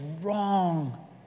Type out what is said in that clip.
wrong